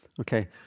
Okay